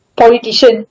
politician